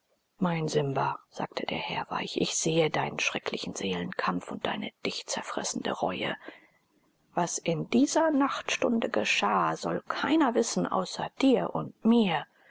mein simba sagte der herr weich ich sehe deinen schrecklichen seelenkampf und deine dich zerfressende reue was in dieser nachtstunde geschah soll keiner wissen außer dir und mir